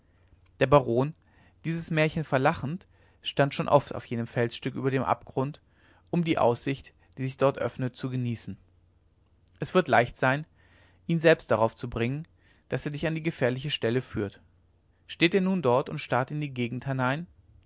der baron dieses märchen verlachend stand schon oft auf jenem felsstück über dem abgrund um die aussicht die sich dort öffnet zu genießen es wird leicht sein ihn selbst darauf zu bringen daß er dich an die gefährliche stelle führt steht er nun dort und starrt in die gegend hinein